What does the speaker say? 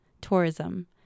tourism